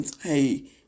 hey